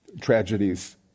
tragedies